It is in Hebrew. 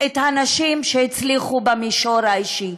את הנשים שהצליחו במישור האישי,